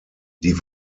die